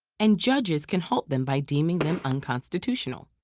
and judges can halt them by deeming them unconstitutional.